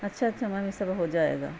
اچھا اچھامی سب ہو جائے گا